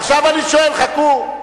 עכשיו אני שואל, חכו,